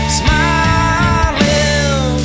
smiling